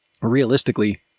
realistically